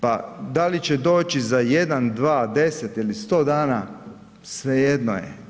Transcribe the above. Pa da li će doći za 1, 2, 10 ili 100 dana, svejedno je.